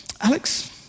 Alex